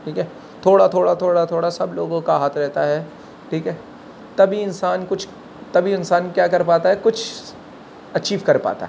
ٹھیک ہے تھوڑا تھوڑا تھوڑا تھوڑا سب لوگوں کا ہاتھ رہتا ہے ٹھیک ہے تبھی انسان کچھ تبھی انسان کیا کرپاتا ہے کچھ اچیو کر پاتا ہے